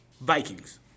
Vikings